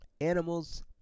Animals